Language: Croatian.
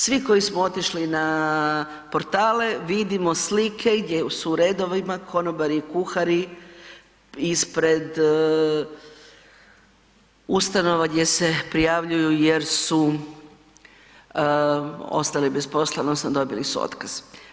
Svi koji smo otišli na portale vidimo slike gdje su u redovima konobari i kuhari ispred ustanova gdje se prijavljuju jer su ostali bez posla odnosno dobili su otkaz.